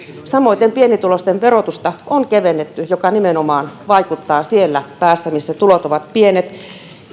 samoiten pienituloisten verotusta on kevennetty mikä nimenomaan vaikuttaa siellä päässä missä tulot ovat pienet